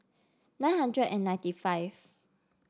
nine hundred and ninety five